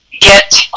get